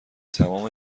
تمام